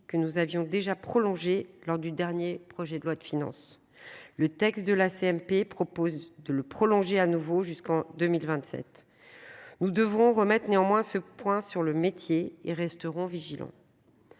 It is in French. que nous avions déjà prolongé lors du dernier projet de loi de finances. Le texte de la CMP propose de le prolonger à nouveau jusqu'en 2027. Nous devrons remettent néanmoins ce point sur le métier et resteront vigilants.